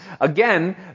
again